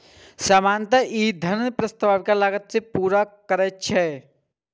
सामान्यतः ई धन प्रस्तावक लागत कें पूरा करै छै